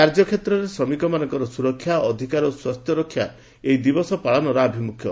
କାର୍ଯ୍ୟକେତ୍ରରେ ଶ୍ରମିକମାନଙ୍କର ସୁରକ୍ଷା ଅଧିକାର ଓ ସ୍ୱାସ୍ଥ୍ୟ ରକ୍ଷା ଏହି ଦିବସ ପାଳନର ଆଭିମୁଖ୍ୟ